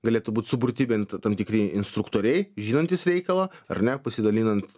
galėtų būt suburti bent tam tikri instruktoriai žinantys reikalą ar ne pasidalinant